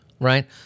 right